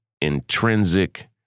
intrinsic